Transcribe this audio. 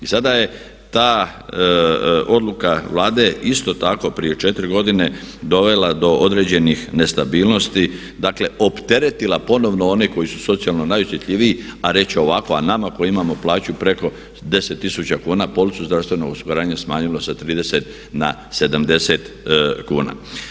I sada je ta odluka Vlade isto tako prije 4 godine dovela do određenih nestabilnosti, dakle opteretila ponovno one koji su socijalno najosjetljiviji a reći ću ovako a nama koji imamo plaću preko 10 tisuća kuna policu zdravstvenog osiguranja smanjili sa 130 na 70 kuna.